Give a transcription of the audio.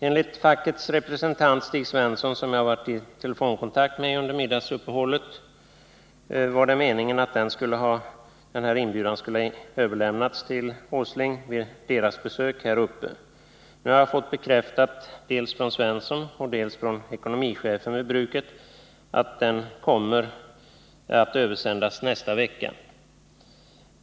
Enligt fackets representant Stig Svensson, som jag varit i telefonkontakt med under middagsuppehållet, var det meningen att inbjudan skulle ha överlämnats till Nils Åsling vid fackets besök här uppe. Nu har jag dels från Stig Svensson, dels från ekonomichefen vid bruket fått bekräftat att inbjudan kommer att översändas nästa vecka.